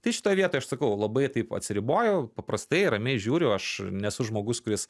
tai šitoj vietoj aš sakau labai taip atsiribojau paprastai ramiai žiūriu aš nesu žmogus kuris